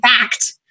fact